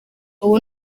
ubu